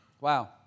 Wow